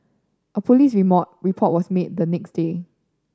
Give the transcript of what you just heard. a police report was made the next day